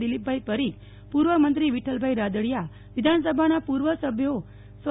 દિલીપભાઇ પરીખ પૂર્વ મંત્રી વિઠ્ઠલભાઇ રાદડીયા વિધાનસભાના પૂર્વ સભ્યઓ સ્વ